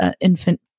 infant